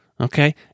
Okay